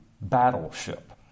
battleship